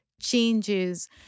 changes